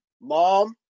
mom